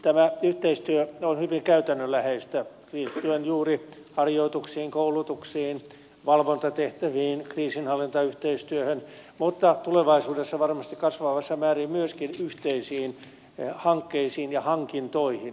tämä yhteistyö on hyvin käytännönläheistä liittyen juuri harjoituksiin koulutuksiin valvontatehtäviin kriisinhallintayhteistyöhön mutta tulevaisuudessa varmasti kasvavassa määrin myöskin yhteisiin hankkeisiin ja hankintoihin